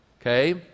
okay